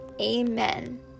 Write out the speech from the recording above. Amen